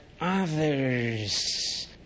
others